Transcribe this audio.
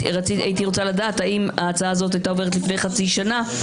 הייתי רוצה לדעת אם ההצעה הזאת הייתה עוברת לפני חצי שנה,